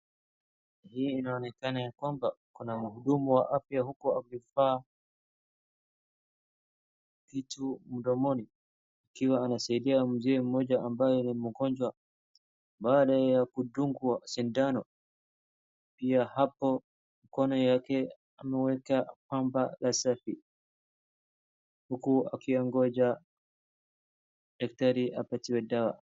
Hii inaonekana ya kwamba kuna mhudumu wa afya huko akivaa kitu mdomoni akiwa anasaidia mzee mmoja ambaye ni mgonjwa baada ya kudungwa sindano. Pia hapo mkono yake ameweka ya kwamba ni safi huku akiongoja daktari apatiwe dawa.